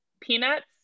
peanuts